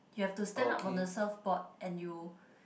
you have to stand up on the surf board and you